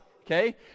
okay